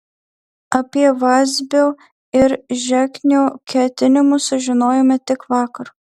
apie vazbio ir žeknio ketinimus sužinojome tik vakar